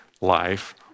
life